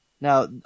Now